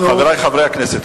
אנחנו, חברי חברי הכנסת.